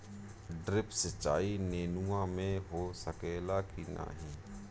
Drip सिंचाई नेनुआ में हो सकेला की नाही?